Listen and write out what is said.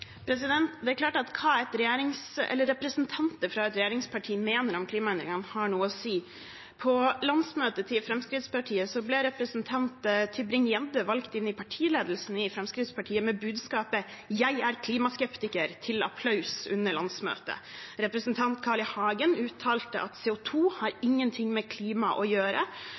klart at hva representanter fra et regjeringsparti mener om klimaendringene, har noe å si. På landsmøtet til Fremskrittspartiet ble representanten Tybring-Gjedde valgt inn i partiledelsen i Fremskrittspartiet med budskapet: Jeg er klimaskeptiker – til applaus fra landsmøtet. Representanten Carl I. Hagen uttalte at CO 2 har ingenting med klima å gjøre.